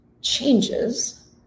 changes